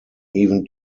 even